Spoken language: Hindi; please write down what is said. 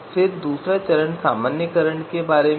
फिर दूसरा चरण सामान्यीकरण करने के बारे में है